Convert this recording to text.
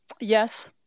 Yes